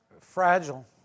Fragile